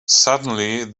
suddenly